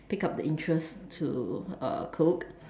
pick up the interest to uh cook